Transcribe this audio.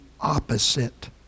opposite